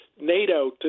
NATO